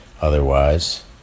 Otherwise